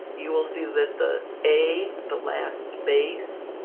you'll see that the a, the last space,